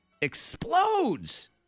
explodes